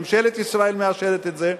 ממשלת ישראל מאשרת את זה,